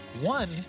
One